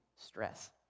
stress